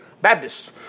Baptists